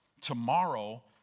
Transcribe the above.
tomorrow